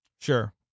Sure